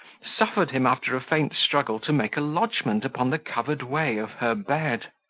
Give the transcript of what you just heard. suffered him, after a faint struggle, to make a lodgment upon the covered way of her bed.